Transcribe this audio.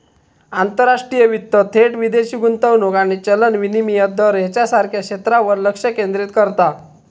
आंतरराष्ट्रीय वित्त थेट विदेशी गुंतवणूक आणि चलन विनिमय दर ह्येच्यासारख्या क्षेत्रांवर लक्ष केंद्रित करता